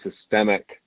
systemic